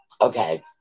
Okay